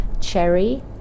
cherry